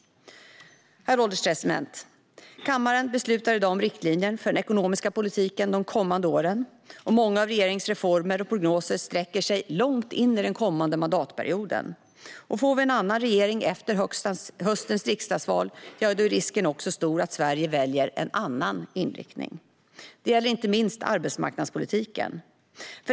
Herr ålderspresident! Kammaren beslutar i dag om riktlinjer för den ekonomiska politiken under de kommande åren. Många av regeringens reformer och prognoser sträcker sig långt in i den kommande mandatperioden. Får vi en annan regering efter höstens riksdagsval, ja, då är risken också stor att Sverige väljer en annan inriktning. Det gäller inte minst arbetsmarknadspolitiken.